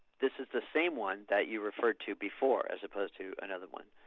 this is the same one that you referred to before as opposed to another one.